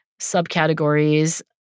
subcategories